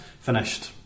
Finished